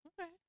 Okay